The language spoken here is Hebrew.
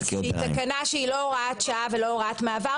שהיא תקנה שהיא לא הוראת שעה ולא הוראת מעבר,